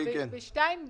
למה בסעיף 2(ג)